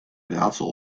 raadsel